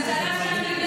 הכי עצוב.